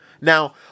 Now